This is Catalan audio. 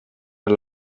per